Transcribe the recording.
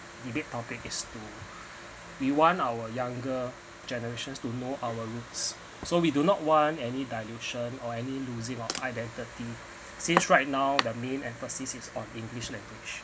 debate topic is to we want our younger generations to more our roots so we do not want any dilution or any loosing off identity since right now the main emphasis is on english language